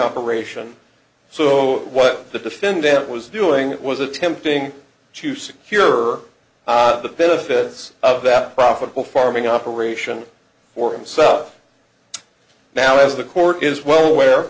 operation so what the defendant was doing was attempting to secure the benefits of that profitable farming operation for himself now as the court is well aware